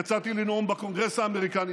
יצאתי לנאום בקונגרס האמריקאי